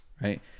Right